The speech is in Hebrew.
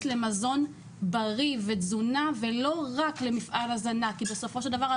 למזון בריא ותזונה ולא רק למפעל הזנה כי בסופו של דבר,